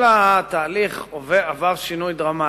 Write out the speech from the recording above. כל התהליך עבר שינוי דרמטי.